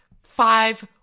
five